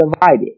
divided